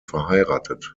verheiratet